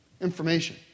information